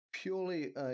purely